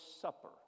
supper